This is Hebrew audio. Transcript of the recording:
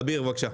אביר, בבקשה.